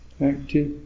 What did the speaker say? active